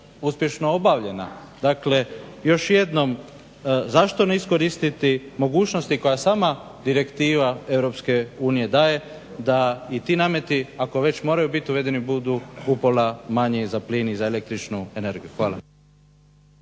uspješno obavljena? Dakle, još jednom zašto ne iskoristiti mogućnosti koja sama direktiva EU daje da i ti nameti ako već moraju biti uvedeni budu upola manji i za plin i za el.energiju. Hvala.